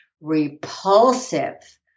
repulsive